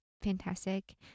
fantastic